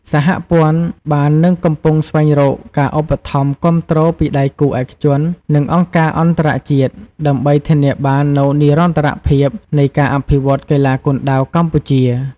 សហព័ន្ធបាននឹងកំពុងស្វែងរកការឧបត្ថម្ភគាំទ្រពីដៃគូឯកជន និងអង្គការអន្តរជាតិ ដើម្បីធានាបាននូវនិរន្តរភាពនៃការអភិវឌ្ឍកីឡាគុនដាវកម្ពុជា។